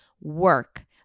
work